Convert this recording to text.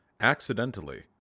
accidentally